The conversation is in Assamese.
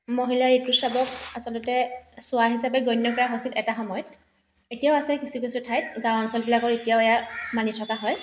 মহিলা ঋতুস্ৰাৱক আচলতে চুৱা হিচাপে গণ্য কৰা হৈছিল এটা সময়ত এতিয়াও আছে কিছু কিছু ঠাইত গাঁও অঞ্চলবিলাকত এতিয়াও এয়া মানি চলা হয়